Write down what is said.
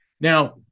now